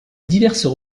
diverses